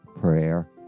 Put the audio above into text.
prayer